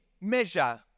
measure